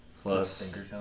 plus